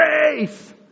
Grace